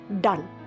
done